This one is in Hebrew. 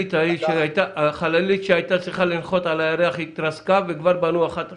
החללית שהייתה צריכה לנחות על הירח התרסקה וכבר בנו אחת אחרת.